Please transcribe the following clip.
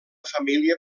família